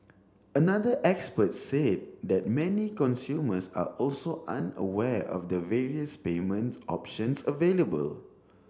another expert said that many consumers are also unaware of the various payment options available